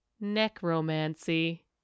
necromancy